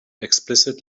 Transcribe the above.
explicit